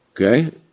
Okay